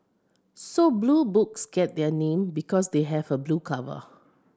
so Blue Books get their name because they have a blue cover